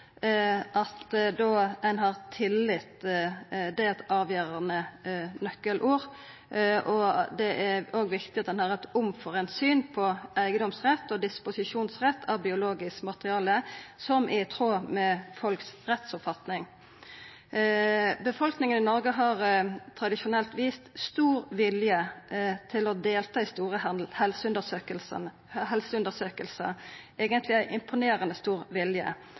viktig at ein har eit syn på eigedomsrett og disposisjonsrett av biologisk materiale som er i tråd med folks rettsoppfatning. Befolkninga i Noreg har tradisjonelt vist stor vilje til å delta i store helseundersøkingar – eigentleg ein imponerande stor vilje.